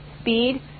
speed